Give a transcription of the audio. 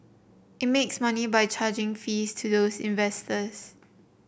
it makes money by charging fees to these investors